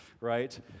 right